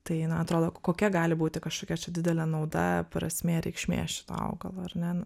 tai na atrodo k kokia gali būti kažkokia čia didelė nauda prasmė reikšmė šito augalo ar ne